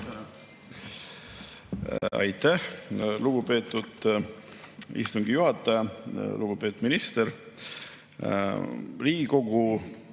Aitäh, lugupeetud istungi juhataja! Lugupeetud minister!